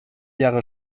jahre